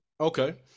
Okay